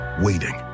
waiting